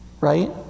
Right